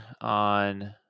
on